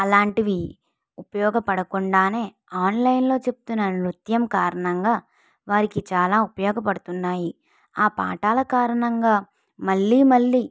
అలాంటివి ఉపయోగపడకుండానే ఆన్లైన్లో చెప్తున్న నృత్యం కారణంగా వారికి చాలా ఉపయోగపడుతున్నాయి ఆ పాఠాల కారణంగా మళ్ళీ మళ్ళీ